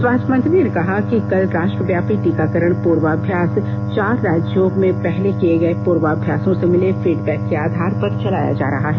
स्वास्थ्य मंत्री ने कहा कि कल राष्ट्रव्यापी टीकाकरण पूर्वाभ्यास चार राज्यों में पहले किए गए पूर्वाभ्यासों से मिले फीडबैक के आधार पर चलाया जा रहा है